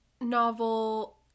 novel